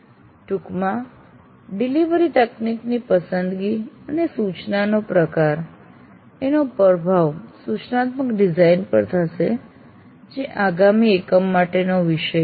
ટૂંકમાં ડિલિવરી તકનીકની પસંદગી અને સૂચનાનો પ્રકાર એનો પ્રભાવ સુચનાત્મક ડિઝાઇન પર થશે જે આગામી એકમ માટેનો વિષય હશે